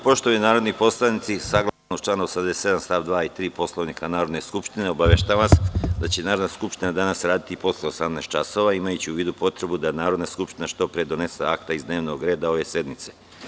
Poštovani narodni poslanici, saglasno članu 87. st. 2. i 3. Poslovnika Narodne skupštine, obaveštavam vas da će Narodna skupština danas raditi i posle 18,00 časova, imajući u vidu potrebu da Narodna skupština što pre donese akta iz dnevnog reda ove sednice.